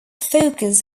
focus